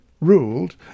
ruled